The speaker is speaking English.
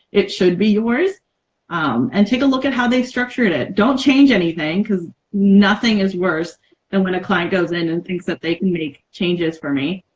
it should be yours and take a look at how they structured it don't change anything because nothing is worse than when a client who goes in and thinks that they can make changes for me